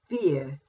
fear